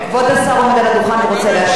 כבוד השר עולה לדוכן ורוצה להשיב.